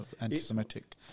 anti-Semitic